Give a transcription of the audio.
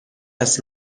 است